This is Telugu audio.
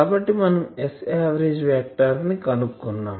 కాబట్టి మనం Saverage వెక్టార్ ని కనుక్కున్నాం